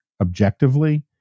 objectively